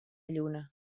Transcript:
lluna